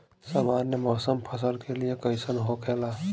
सामान्य मौसम फसल के लिए कईसन होखेला?